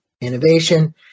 innovation